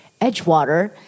Edgewater